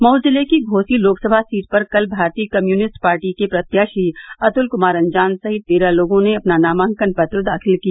मऊ जिले की घोसी लोकसभा सीट पर कल भारतीय कम्युनिस्ट पार्टी के प्रत्याशी अतुल कुमार अंजान सहित तेरह लोगों ने अपना नामांकन पत्र दाखिल किया